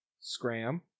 Scram